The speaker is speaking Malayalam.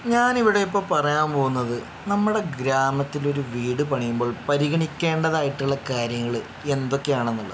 ഞാൻ ഇവിടെ ഇപ്പോൾ പറയാൻ പോകുന്നത് നമ്മുടെ ഗ്രാമത്തിലൊരു വീട് പണിയുമ്പോൾ പരിഗണിക്കേണ്ടതായിട്ടുള്ള കാര്യങ്ങൾ എന്തൊക്കെയാണെന്നുള്ളതാണ്